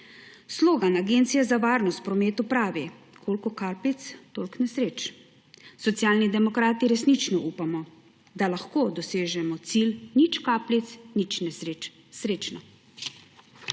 Slogan Agencije za varnost prometa pravi: kolikor kapljic, toliko nesreč. Socialni demokrati resnično upamo, da lahko dosežemo cilj: nič kapljic, nič nesreč. Srečno!